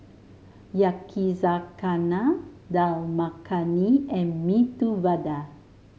Yakizakana Dal Makhani and Medu Vada